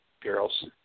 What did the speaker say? girls